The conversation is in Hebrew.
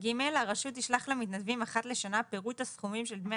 הרשות תשלח למתנדבים אחת לשנה פירוט הסכומים של דמי